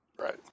Right